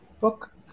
book